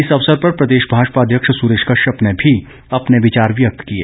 इस अवसर पर प्रदेश भाजपा अध्यक्ष सुरेश कश्यप ने भी अपने विचार व्यक्त किए